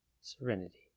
Serenity